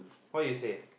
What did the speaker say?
what you say